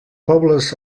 pobles